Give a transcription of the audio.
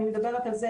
אני מדברת על זה,